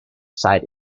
sight